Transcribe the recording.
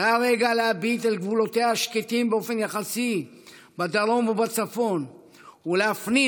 זה הרגע להביט אל גבולותיה השקטים באופן יחסי בדרום ובצפון ולהפנים